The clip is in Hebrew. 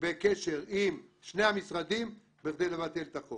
ובקשר עם שני המשרדים בכדי לבטל את החוק.